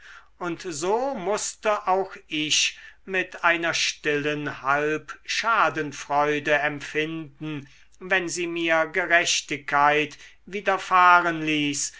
und so mußte auch ich mit einer stillen halbschadenfreude empfinden wenn sie mir gerechtigkeit widerfahren ließ